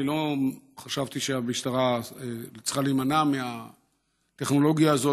אני לא חשבתי שהמשטרה צריכה להימנע מהטכנולוגיה הזאת,